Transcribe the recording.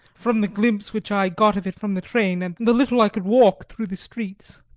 from the glimpse which i got of it from the train and the little i could walk through the streets.